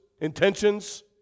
intentions